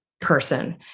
person